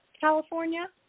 California